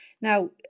Now